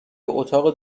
اتاق